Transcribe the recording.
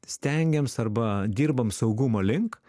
stengiams arba dirbam saugumo link